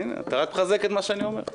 הינה, אתה רק מחזק את מה שאני אומר.